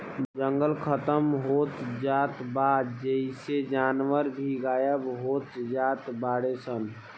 जंगल खतम होत जात बा जेइसे जानवर भी गायब होत जात बाडे सन